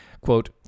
quote